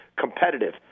competitive